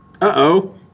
Uh-oh